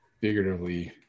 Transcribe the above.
figuratively